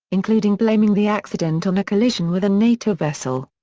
including blaming the accident on a collision with a nato vessel.